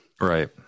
Right